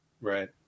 Right